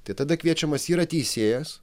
tai tada kviečiamas yra teisėjas